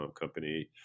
company